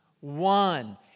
One